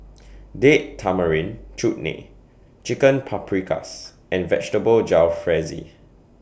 Date Tamarind Chutney Chicken Paprikas and Vegetable Jalfrezi